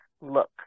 look